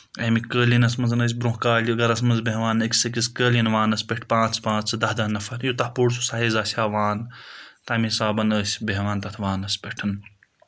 اَمِکۍ قٲلیٖنَس منٛز ٲسۍ برونٛہہ کالہِ گَرَس منٛز بیٚہوان أکِس أکِس قٲلیٖن وانَس پؠٹھ پانٛژھ پانٛژھ ژٕ دَہ دَہ نَفَر یوٚت پوٚر سُہ سایز آسہِ ہا وان تَمہِ حِسابَن ٲسۍ بیٚہوان تَتھ وانَس پؠٹھ